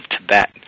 Tibet